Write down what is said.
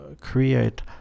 create